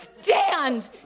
stand